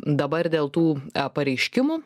dabar dėl tų pareiškimų